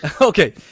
Okay